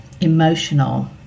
emotional